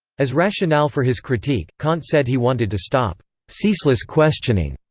as rationale for his critique, kant said he wanted to stop ceaseless questioning.